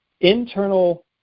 Internal